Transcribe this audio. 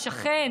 שכן,